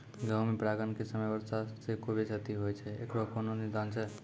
गेहूँ मे परागण के समय वर्षा से खुबे क्षति होय छैय इकरो कोनो निदान छै?